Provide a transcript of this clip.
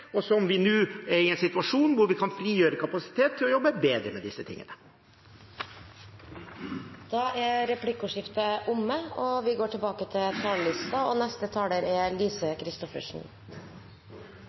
opp mye kapasitet. Nå er vi i en situasjon der vi kan frigjøre kapasitet for å jobbe bedre med dette. Replikkordskiftet er omme.